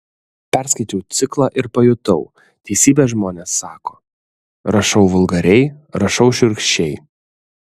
perskaičiau ciklą ir pajutau teisybę žmonės sako rašau vulgariai rašau šiurkščiai